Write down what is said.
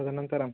तदनन्तरं